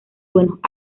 buenos